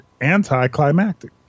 anticlimactic